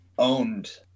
Owned